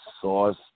sauce